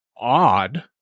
odd